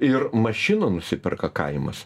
ir mašiną nusiperka kaimas